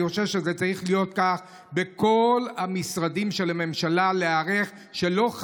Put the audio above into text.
אני חושב שזה צריך להיות כך בכל המשרדים של הממשלה כדי שלא,